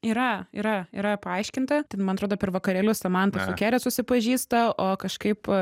yra yra yra paaiškinta ten man atrodo per vakarėlius samanta su kere susipažįsta o kažkaip